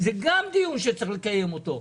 זה גם דיון שצריך לקיים אותו,